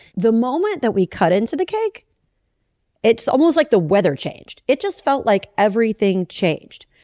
the moment that we cut into the cake it's almost like the weather changed. it just felt like everything changed.